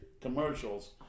commercials